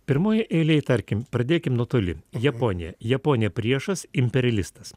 pirmoje eilėje tarkim pradėkim nuo toli japonija japonija priešas imperialistas